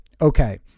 okay